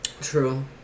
True